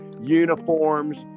uniforms